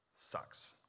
sucks